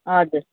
हजुर